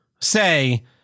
say